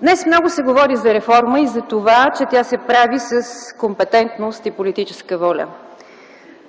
Днес много се говори за реформа и затова, че тя се прави с компетентност и политическа воля.